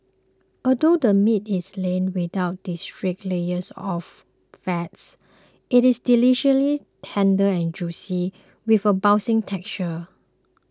although the meat is lean without distinct layers of fats it is deliciously tender and juicy with a bouncy texture